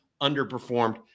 underperformed